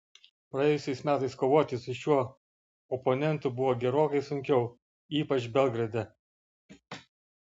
praėjusiais metais kovoti su šiuo oponentu buvo gerokai sunkiau ypač belgrade